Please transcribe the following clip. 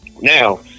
Now